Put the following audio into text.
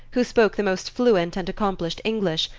who spoke the most fluent and accomplished english,